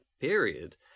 period